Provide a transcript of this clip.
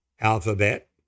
alphabet